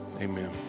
amen